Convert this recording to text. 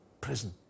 Prison